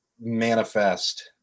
manifest